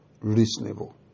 reasonable